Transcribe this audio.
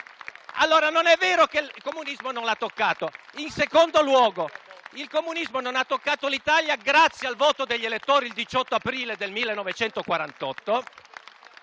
Allora non è vero che il comunismo non l'ha toccata. In secondo luogo, il comunismo non ha toccato l'Italia grazie al voto degli elettori il 18 aprile 1948